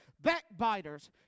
backbiters